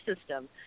system